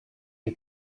you